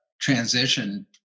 transition